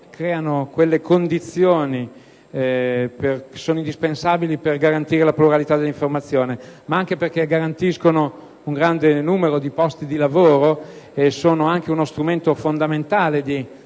in questi settori sono indispensabili per assicurare il pluralismo dell'informazione, ma anche perché garantiscono un gran numero di posti di lavoro e sono anche uno strumento fondamentale di